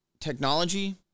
Technology